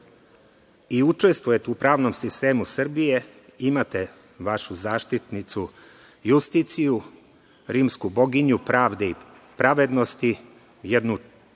i učestvujete u pravnom sistemu Srbije imate vašu zaštitnicu Justiciju, rimsku boginju pravde i pravednosti, jednu,